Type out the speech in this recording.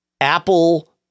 Apple